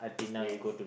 yes